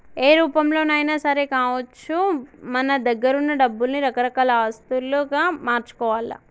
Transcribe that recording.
ఏ రూపంలోనైనా సరే కావచ్చు మన దగ్గరున్న డబ్బుల్ని రకరకాల ఆస్తులుగా మార్చుకోవాల్ల